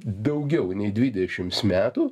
daugiau nei dvidešimts metų